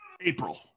April